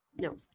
no